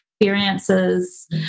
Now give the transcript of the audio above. experiences